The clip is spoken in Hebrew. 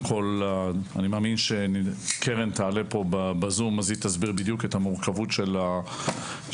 אני מאמין שכשקרן תעלה בזום היא תסביר את המורכבות של המועצה,